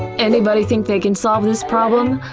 anybody think they can solve this problem?